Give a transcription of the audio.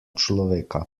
človeka